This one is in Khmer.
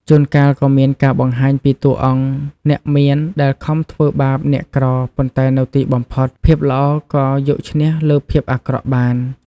ជួនកាលក៏មានការបង្ហាញពីតួអង្គអ្នកមានដែលខំធ្វើបាបអ្នកក្រ ប៉ុន្តែនៅទីបំផុត ភាពល្អក៏យកឈ្នះលើភាពអាក្រក់បាន។